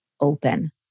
open